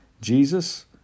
Jesus